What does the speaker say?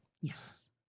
Yes